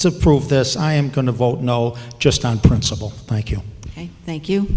to prove this i am going to vote no just on principle thank you thank you